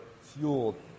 fueled